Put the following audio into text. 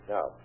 Now